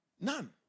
None